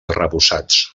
arrebossats